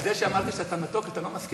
על זה שאמרתי שאתה מתוק אתה לא מסכים?